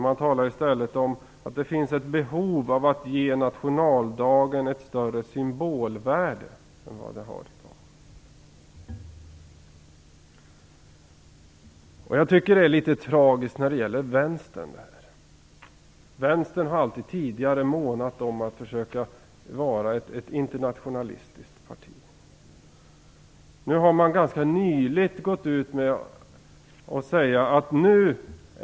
Man talar om att det finns ett behov att ge nationaldagen ett större symbolvärde än vad den har i dag. Det är litet tragiskt när det gäller Vänsterpartiet. Vänsterpartiet har alltid månat om att vara ett internationalistiskt parti.